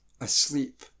asleep